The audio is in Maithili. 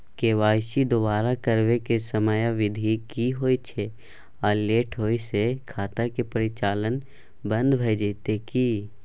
के.वाई.सी दोबारा करबै के समयावधि की होय छै आ लेट होय स खाता के परिचालन बन्द भ जेतै की?